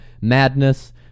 Madness